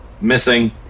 Missing